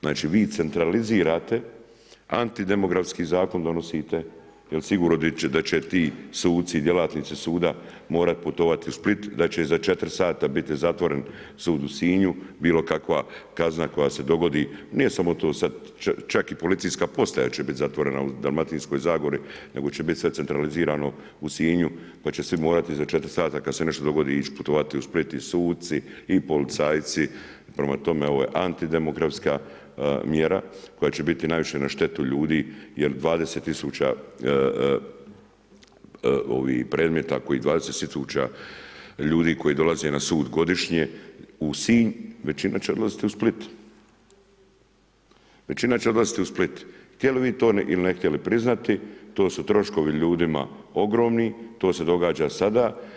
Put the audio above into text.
Znači vi centralizirate antidemografski zakon donosite, jer sigurno da će ti suci, djelatnici suda morati putovat u Split, da će za 4 sata biti zatvoren sud u Sinju, bilo kakva kazna koja se dogodi, nije samo to sad čak i policijska postaja će bit zatvorena u dalmatinskoj zagori, nego će bit sve centralizirano u Sinju pa će svi morati za 4 sata kad se nešto dogodi ić putovati u Split i suci i policajci, prema tome ovo je anti demografska mjera koja će biti najviše na štetu ljudi jer 20 000 predmeta kojih 20 000 ljudi koji dolaze na sud godišnje u Sinj, većina će odlaziti u Split, većina će odlaziti u Split, htjeli vi to ili ne htjeli priznati, to su troškovi ljudima ogromni, to se događa sada.